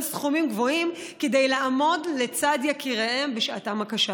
סכומים גבוהים כדי לעמוד לצד יקיריהן בשעתם הקשה.